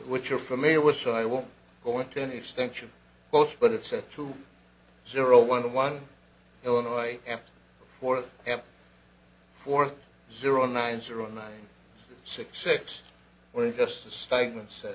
which you're familiar with so i won't go into an extension both but it's a two zero one one illinois after four and four zero nine zero nine six six when just a statement says that